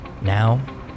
Now